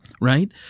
right